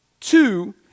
Two